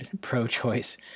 pro-choice